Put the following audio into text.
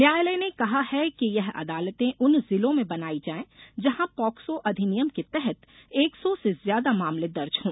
न्यायालय ने कहा है कि ये अदालतें उन जिलों में बनाई जायें जहां पाक्सो अधिनियम के तहत एक सौ से ज्यादा मामले दर्ज हों